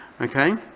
Okay